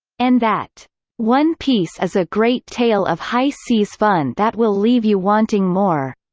and that one piece is a great tale of high-seas fun that will leave you wanting more!